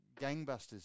gangbusters